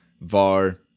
VAR